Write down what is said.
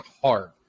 hard